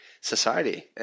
society